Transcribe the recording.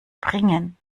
bringen